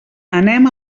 anem